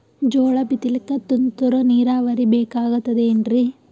ಜೋಳ ಬಿತಲಿಕ ತುಂತುರ ನೀರಾವರಿ ಬೇಕಾಗತದ ಏನ್ರೀ?